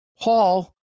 Paul